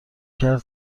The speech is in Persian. کرد